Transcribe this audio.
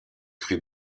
crues